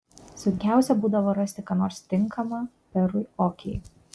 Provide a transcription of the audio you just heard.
sunkiausia būdavo rasti ką nors tinkama perui okei